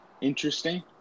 interesting